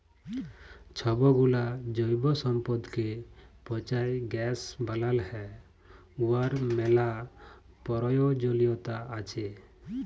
ছবগুলা জৈব সম্পদকে পঁচায় গ্যাস বালাল হ্যয় উয়ার ম্যালা পরয়োজলিয়তা আছে